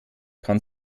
kann